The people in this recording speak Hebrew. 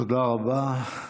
תודה רבה.